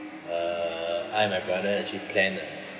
uh I and my brother actually planned a